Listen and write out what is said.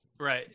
Right